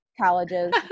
colleges